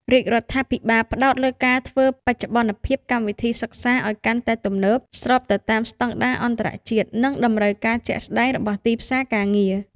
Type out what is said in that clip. រាជរដ្ឋាភិបាលផ្តោតលើការធ្វើបច្ចុប្បន្នភាពកម្មវិធីសិក្សាឱ្យកាន់តែទំនើប ស្របទៅតាមស្តង់ដារអន្តរជាតិ និងតម្រូវការជាក់ស្តែងរបស់ទីផ្សារការងារ។